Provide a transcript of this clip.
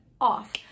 off